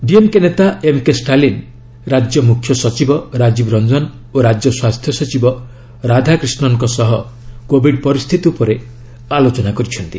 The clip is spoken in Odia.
ଡିଏମ୍କେ ନେତା ଏମ୍କେ ଷ୍ଟାଲିନ୍ ରାଜ୍ୟ ମୁଖ୍ୟ ସଚିବ ରାଜିବ ରଞ୍ଜନ ଓ ରାଜ୍ୟ ସ୍ୱାସ୍ଥ୍ୟ ସଚିବ ରାଧାକ୍ରିଷନ୍ଙ୍କ ସହ କୋବିଡ୍ ପରିସ୍ଥିତି ଉପରେ ଆଲୋଚନା କରିଛନ୍ତି